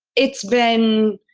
it's been,